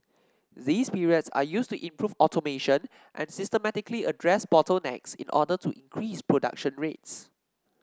these periods are used to improve automation and systematically address bottlenecks in order to increase production rates